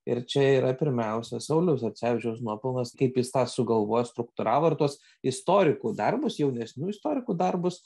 ir čia yra pirmiausia sauliaus sarcevičiaus nuopelnas kaip jis tą sugalvojo struktūravo ir tuos istorikų darbus jaunesnių istorikų darbus